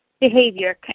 behavior